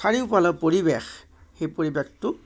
চাৰিওফালৰ পৰিৱেশ সেই পৰিৱেশটো